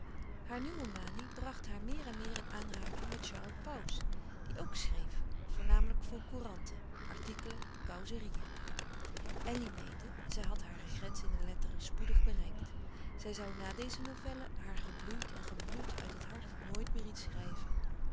haar nieuwe manie bracht haar meer en meer in aanraking met charles pauws die ook schreef voornamelijk voor couranten artikelen causerieën elly meende zij had hare grens in de letteren spoedig bereikt zij zoû na deze novelle haar gebloeid en gebloed uit het hart nooit meer iets schrijven